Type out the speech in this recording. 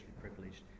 privileged